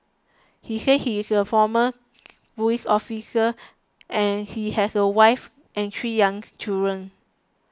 he said he is a former police officer and he has a wife and three young children